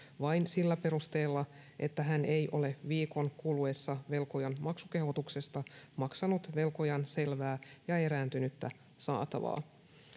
vain sillä perusteella että hän ei ole viikon kuluessa velkojan maksukehotuksesta maksanut velkojan selvää ja erääntynyttä saatavaa